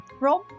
Roll